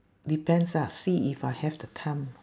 depends ah see if I have the time